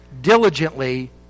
diligently